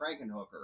Frankenhooker